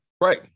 Right